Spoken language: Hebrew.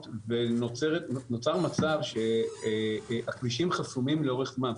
ונוצר מצב שהכבישים חסומים לאורך זמן.